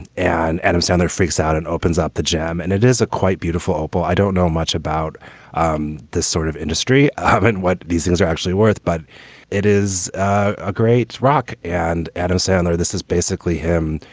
and adam sandler freaks out and opens up the jam and it is a quite beautiful opal. i don't know much about um this sort of industry. i mean, what these things are actually worth. but it is a great rock. and adam sandler, this is basically him.